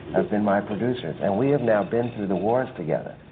have been my producers. and we have now been through the wars together,